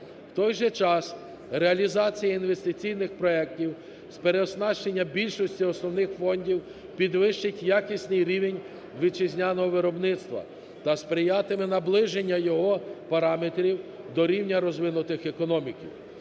В той же час реалізація інвестиційних проектів з переоснащення більшості основних фондів підвищить якісний рівень вітчизняного виробництва та сприятиме наближення його параметрів до рівня розвинутих економік.